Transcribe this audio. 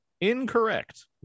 Incorrect